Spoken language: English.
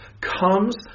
comes